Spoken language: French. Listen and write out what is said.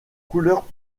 couleurs